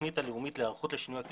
התוכנית הלאומית להיערכות לשינויי אקלים